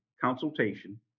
consultation